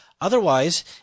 Otherwise